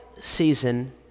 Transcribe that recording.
season